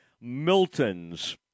Milton's